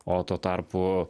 o tuo tarpu